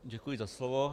Děkuji za slovo.